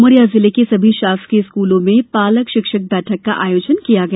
उमरिया जिले के सभी शासकीय स्कूलों में पालक शिक्षक बैठक का आयोजन हुआ